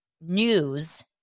news